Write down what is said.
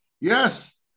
Yes